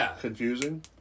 confusing